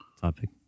topic